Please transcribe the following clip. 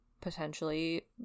potentially